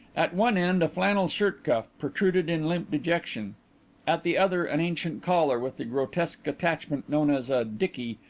at one end a flannel shirt cuff protruded in limp dejection at the other an ancient collar, with the grotesque attachment known as a dickey,